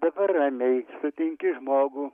dabar ramiai sutinki žmogų